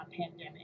pandemic